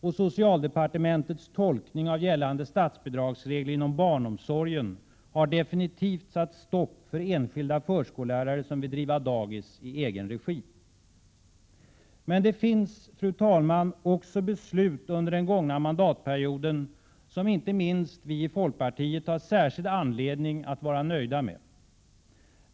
Och socialdepartementets tolkning av gällande statsbidragsregler inom barnomsorgen har definitivt satt stopp för enskilda förskollärare som vill driva dagis i egen regi. Men det finns, fru talman, också beslut under den gångna mandatperioden som inte minst vi i folkpartiet har särskild anledning att vara nöjda med.